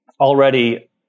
already